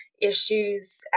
issues